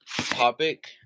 topic